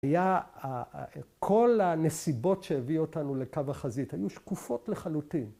‫כל הנסיבות שהביאו אותנו ‫לקו החזית היו שקופות לחלוטין.